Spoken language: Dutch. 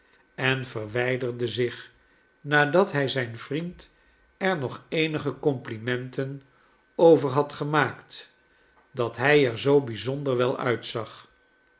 en verwijderde zich nadat hij zijn vriend er nog eenige complimenten over had gemaakt dat hij er zoo bijzonder wel uitzag